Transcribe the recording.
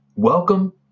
Welcome